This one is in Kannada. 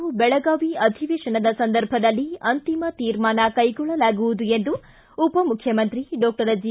ದೆಳಗಾವಿ ಅಧಿವೇಶನದ ಸಂದರ್ಭದಲ್ಲಿ ಅಂತಿಮ ತೀರ್ಮಾನ ಕೈಗೊಳ್ಳಲಾಗುವುದು ಎಂದು ಉಪಮುಖ್ಯಮಂತ್ರಿ ಡಾಕ್ಟರ್ ಜಿ